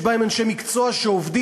ויש בהם אנשי מקצוע שעובדים,